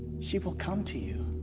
she will come to you.